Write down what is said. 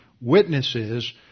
witnesses